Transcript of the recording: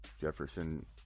Jefferson